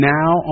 now